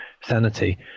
sanity